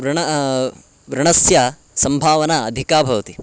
व्रणः वृणस्य सम्भावना अधिका भवति